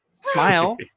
Smile